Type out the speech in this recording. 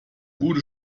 gute